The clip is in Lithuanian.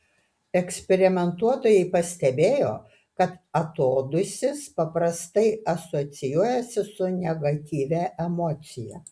eksperimentuotojai pastebėjo kad atodūsis paprastai asocijuojasi su negatyvia emocija